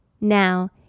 Now